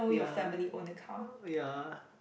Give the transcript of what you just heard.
ya ya